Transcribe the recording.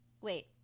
wait